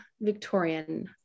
Victorian